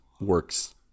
works